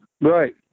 Right